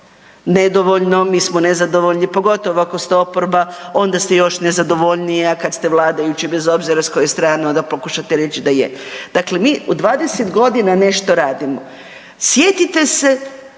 Nedovoljno, mi smo nezadovoljni, pogotovo ako ste oporba onda ste još nezadovoljniji, a kad ste vladajući bez obzira s koje strane onda pokušate reći da je. Dakle, mi u 20.g. nešto radimo. Sjetite se